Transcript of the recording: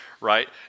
right